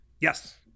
Yes